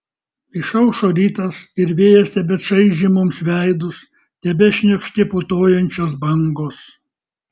išaušo rytas ir vėjas tebečaižė mums veidus tebešniokštė putojančios bangos